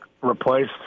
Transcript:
replaced –